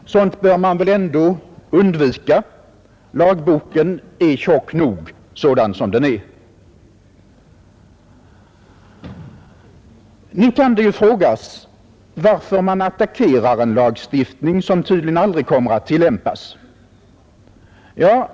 Sådant bör man väl ändå undvika. Lagboken är tjock nog sådan som den är. Nu kan det ju frågas varför man attackerar en lagstiftning som tydligen aldrig kommer att tillämpas.